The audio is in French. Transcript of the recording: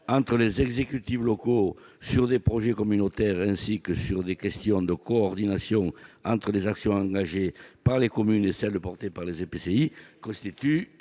entre les exécutifs locaux sur des projets communautaires, ainsi que sur des questions de coordination entre les actions engagées par les communes et celles des EPCI, constituerait